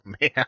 man